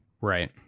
Right